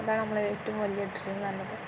അതാണ് നമ്മളുടെ ഏറ്റവും വലിയ ഡ്രിം എന്നു പറഞ്ഞത്